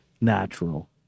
natural